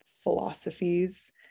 philosophies